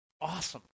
Awesome